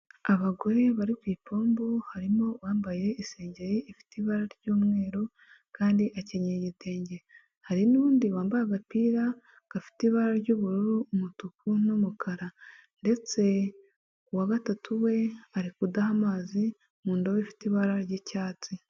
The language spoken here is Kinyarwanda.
Abagore bari ku ipombo harimo uwambaye isengeri ifite ibara ry'umweru kandi akenyeye igitenge, hari n'undi wambaye agapira gafite ibara ry'ubururu, umutuku n'umukara ndetse uwa gatatu we ari kudaha amazi mu ndobo ifite ibara ry'icyatsi.